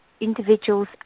individuals